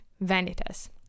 Vanitas